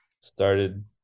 started